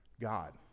God